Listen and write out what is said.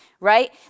right